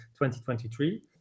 2023